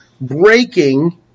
breaking